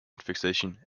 fixation